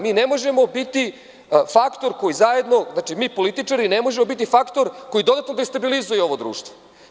Mi ne možemo biti faktor koji zajedno, znači, mi političari ne možemo biti faktor koji dodatno destabilizuje ovo društvo.